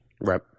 Right